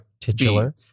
titular